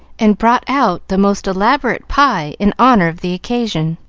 and brought out the most elaborate pie in honor of the occasion.